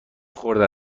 خورده